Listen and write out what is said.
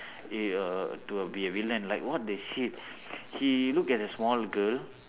it err to a be a villain like what the shit he looked at the small girl